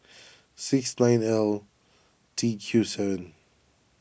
six nine L T Q seven